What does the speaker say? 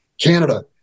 canada